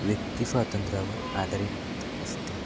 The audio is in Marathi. व्यक्तिस्वातंत्र्यावर आधारित असते